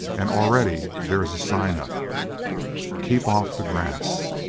and already there is a sign up keep off the grass